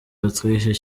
autriche